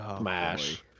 mash